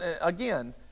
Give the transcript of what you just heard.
again